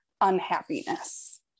unhappiness